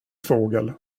fågel